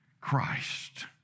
Christ